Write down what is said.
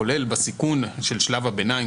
כולל בסיכון של שלב הביניים,